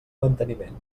manteniment